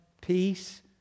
peace